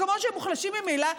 מקומות שהם מוחלשים ממילא,